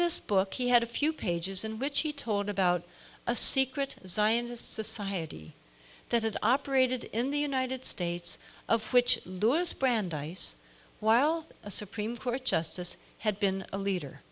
this book he had a few pages in which he told about a secret zionist society that had operated in the united states of which louis brandeis while a supreme court justice had been a leader